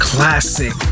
Classic